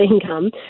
income